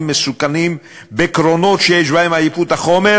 מסוכנים בקרונות שיש בהם עייפות החומר,